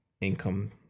income